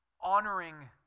honoring